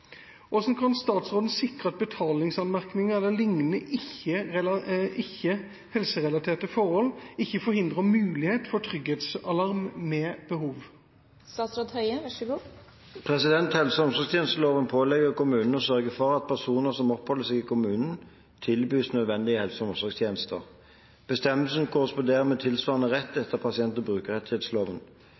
kan statsråden sikre at betalingsanmerkninger eller liknende ikke-helserelaterte forhold ikke forhindrer mulighet for trygghetsalarm ved behov?» Helse- og omsorgstjenesteloven pålegger kommunen å sørge for at personer som oppholder seg i kommunen, tilbys nødvendig helse- og omsorgstjenester. Bestemmelsen korresponderer med tilsvarende rett etter pasient- og brukerrettighetsloven.